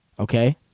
Okay